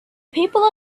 people